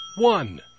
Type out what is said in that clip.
one